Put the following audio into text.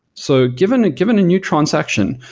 so given ah given a new transaction,